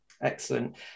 Excellent